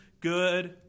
good